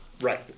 Right